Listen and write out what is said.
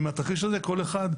ומהתרחיש הזה כל אחד,